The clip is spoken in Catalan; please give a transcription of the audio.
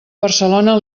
barcelona